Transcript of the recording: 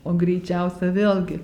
o greičiausia vėlgi